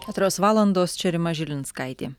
keturios valandos čia rima žilinskaitė